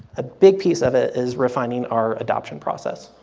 a big piece of it is refining our adoption process.